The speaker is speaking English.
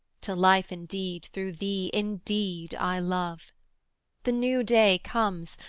to life indeed, through thee, indeed i love the new day comes,